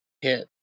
hit